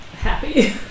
happy